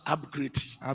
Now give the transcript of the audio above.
Upgrade